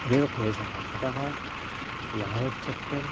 तदेव क्लेशः अतः यावच्छक्यम्